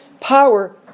power